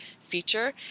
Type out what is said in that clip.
feature